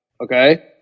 Okay